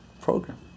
program